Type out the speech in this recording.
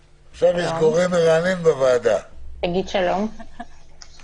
שהדברים יוסברו לו בשפה שמובנת לו אם